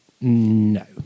no